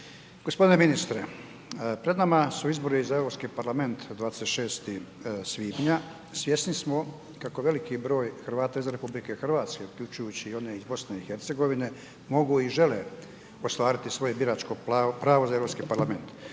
Vlade. g. Ministre, pred nama su izbori za Europski parlament 26. svibnja, svjesni smo kako veliki broj Hrvata iz RH, uključujući i one iz BiH, mogu i žele ostvariti svoje biračko pravo za Europski parlament.